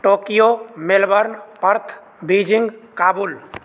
Tokyo Melbourne Perth Beijing Kabul